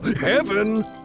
heaven